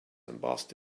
embossed